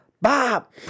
Bob